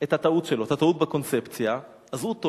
את הטעות שלו, את הטעות בקונספציה, אז הוא טוען,